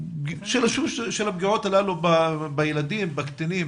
של הפגיעות הללו בילדים, בקטינים.